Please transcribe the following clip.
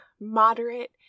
moderate